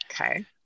Okay